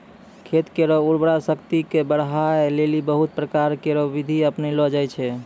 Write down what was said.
खेत केरो उर्वरा शक्ति क बढ़ाय लेलि बहुत प्रकारो केरो बिधि अपनैलो जाय छै